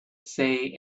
say